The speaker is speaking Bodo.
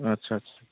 आदसा आदसा